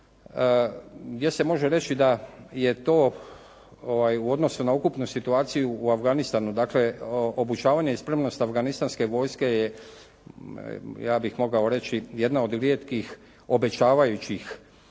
gdje se može reći da je to u odnosu na ukupnu situaciju u Afganistanu, dakle, obučavanje i spremnost afganistanske vojske je, ja bih mogao reći jedna od rijetkih obećavajućih